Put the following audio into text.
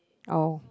oh